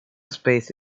space